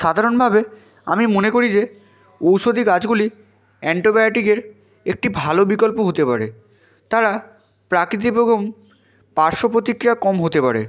সাধারণভাবে আমি মনে করি যে ঔষধি গাছগুলি অ্যান্টোবায়োটিকের একটি ভালো বিকল্প হতে পারে তারা প্রাকৃতিক এবং পার্শ্বপ্রতিক্রিয়া কম হতে পারে